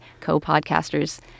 co-podcasters